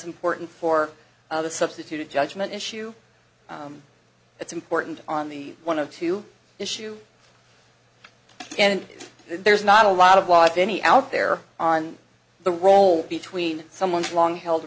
important for the substitute judgment issue it's important on the one of two issue and there's not a lot of life any out there on the role between someone's long held